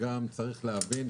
צריך להבין,